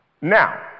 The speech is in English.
Now